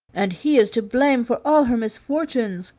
and he is to blame for all her misfortunes,